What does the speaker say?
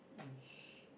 it's